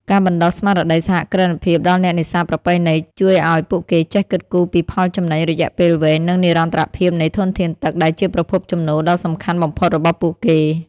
ការបណ្តុះស្មារតីសហគ្រិនភាពដល់អ្នកនេសាទប្រពៃណី ជួយឱ្យពួកគេចេះគិតគូរពីផលចំណេញរយៈពេលវែង និងនិរន្តរភាពនៃធនធានទឹកដែលជាប្រភពចំណូលដ៏សំខាន់បំផុតរបស់ពួកគេ។